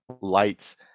lights